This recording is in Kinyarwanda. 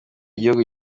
igihugu